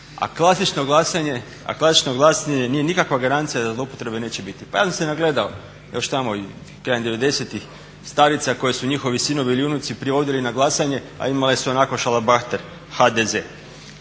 A klasično glasanje nije nikakva garancija da zloupotrebe neće biti. Pa ja sam se nagledao još tamo krajem '90.-ih starica koje su njihovi sinovi ili unuci prije vodili na glasanje a imale su ona šalabahter HDZ.